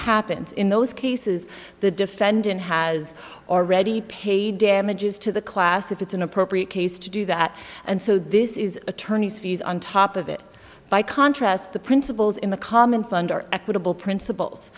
happens in those cases the defendant has already paid damages to the class if it's an appropriate case to do that and so this is attorneys fees on top of it by contrast the principals in the common fund are equitable principles